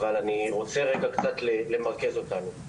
אבל אני רוצה למרכז אותנו.